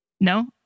No